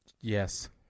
Yes